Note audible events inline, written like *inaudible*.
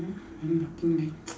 *noise* then nothing leh *noise*